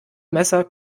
messer